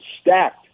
stacked